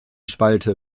spalte